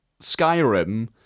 Skyrim